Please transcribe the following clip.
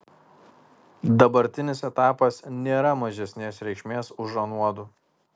dabartinis etapas nėra mažesnės reikšmės už anuodu